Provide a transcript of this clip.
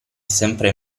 sempre